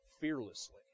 fearlessly